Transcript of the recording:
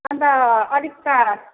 अन्त अलिक त